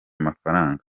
mafaranga